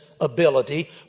ability